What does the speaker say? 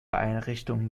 einrichtungen